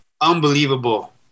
unbelievable